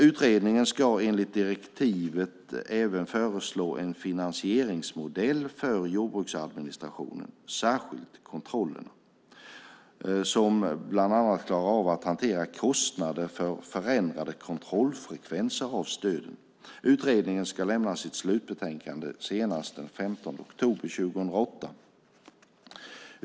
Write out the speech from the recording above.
Utredaren ska enligt direktivet även föreslå en finansieringsmodell för jordbruksadministrationen, särskilt kontrollerna, som bland annat klarar av att hantera kostnader för förändrade kontrollfrekvenser av stöden. Utredaren ska lämna sitt slutbetänkande senast den 15 oktober 2008.